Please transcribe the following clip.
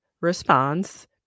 response